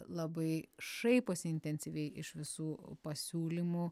labai šaiposi intensyviai iš visų pasiūlymų